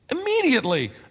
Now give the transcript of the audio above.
Immediately